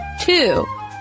Two